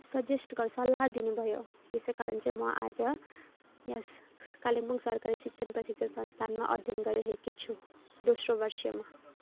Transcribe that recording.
suggest गर् सल्लाह दिनुभयो यसैकारण चाहिँ म आज यस कालिम्पोङ सरकारी शिक्षण प्रशिक्षण संस्थानमा अध्ययन गरीरहेकी छु दोस्रो वर्षमा